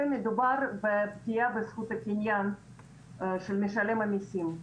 מדובר בפגיעה בזכות הקניין של משלם המיסים.